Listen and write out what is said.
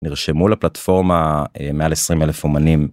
נרשמו לפלטפורמה מעל 20 אלף אומנים.